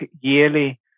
yearly